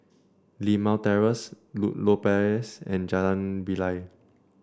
Limau Terrace Ludlow Place and Jalan Bilal